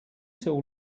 till